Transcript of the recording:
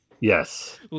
Yes